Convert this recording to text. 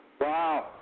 Wow